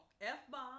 F-bomb